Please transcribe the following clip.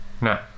No